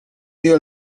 dio